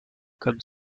comme